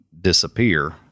disappear